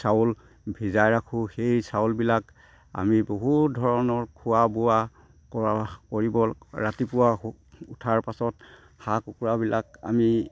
চাউল ভিজাই ৰাখোঁ সেই চাউলবিলাক আমি বহুত ধৰণৰ খোৱা বোৱা কৰা কৰিব ৰাতিপুৱা উঠাৰ পাছত হাঁহ কুকুৰাবিলাক আমি